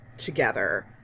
together